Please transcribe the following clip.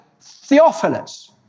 Theophilus